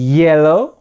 yellow